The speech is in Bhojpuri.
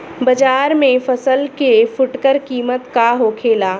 बाजार में फसल के फुटकर कीमत का होखेला?